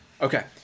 Okay